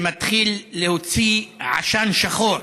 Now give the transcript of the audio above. שמתחיל להוציא עשן שחור